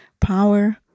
power